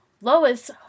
Lois